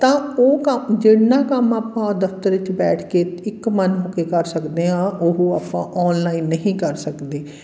ਤਾਂ ਉਹ ਕੰਮ ਜਿੰਨਾ ਕੰਮ ਆਪਾਂ ਦਫ਼ਤਰ ਵਿੱਚ ਬੈਠ ਕੇ ਇੱਕ ਮਨ ਹੋ ਕੇ ਕਰ ਸਕਦੇ ਹਾਂ ਉਹ ਆਪਾਂ ਔਨਲਾਈਨ ਨਹੀਂ ਕਰ ਸਕਦੇ